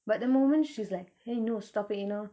but the moment she's like !hey! no stop it you know